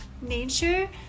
nature